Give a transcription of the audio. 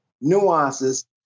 nuances